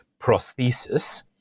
prosthesis